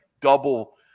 double